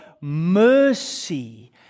mercy